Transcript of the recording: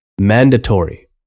Mandatory